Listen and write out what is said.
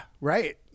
right